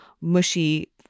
mushy